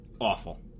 awful